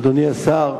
אדוני השר,